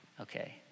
okay